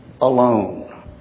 alone